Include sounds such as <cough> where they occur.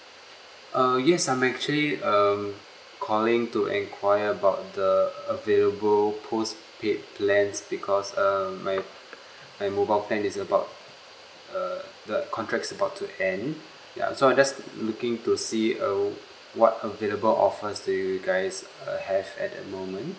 uh yes I'm actually um calling to enquiry about the available postpaid plans because err my <breath> my mobile plan is about uh the contract is about to end ya so I just looking to see uh what available offers that you guys err have at the moment